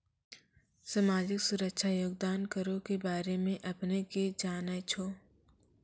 समाजिक सुरक्षा योगदान करो के बारे मे अपने कि जानै छो?